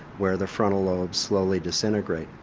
where the frontal lobes slowly disintegrate,